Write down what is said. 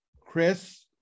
Chris